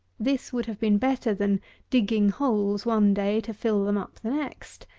this would have been better than digging holes one day to fill them up the next.